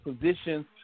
positions